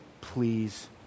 please